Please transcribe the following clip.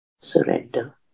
surrender